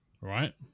Right